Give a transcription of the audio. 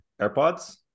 AirPods